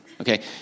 Okay